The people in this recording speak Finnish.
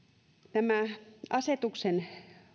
tämä asetuksen